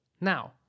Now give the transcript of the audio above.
Now